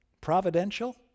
Providential